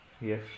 Yes